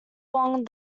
along